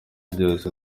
byose